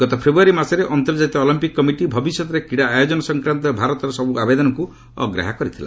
ଗତ ଫେବ୍ୟାରୀ ମାସରେ ଅନ୍ତର୍କାତୀୟ ଅଲମ୍ପିକ୍ କମିଟି ଭବିଷ୍ୟତରେ କ୍ରୀଡ଼ା ଆୟୋଜନ ସଂକ୍ରାନ୍ତ ଭାରତର ସବୁ ଆବେଦନକୁ ଅଗ୍ରାହ୍ୟ କରିଥିଲା